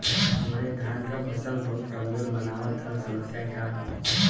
हमरे धान क फसल बहुत कमजोर मनावत ह समस्या का ह?